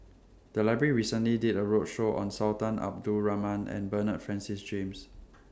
The Library recently did A roadshow on Sultan Abdul Rahman and Bernard Francis James